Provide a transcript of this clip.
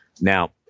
Now